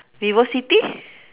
VivoCity